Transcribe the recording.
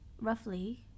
roughly